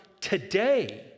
today